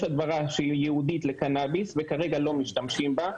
יש הדברה שהיא ייעודית לקנאביס וכרגע לא משתמשים בה,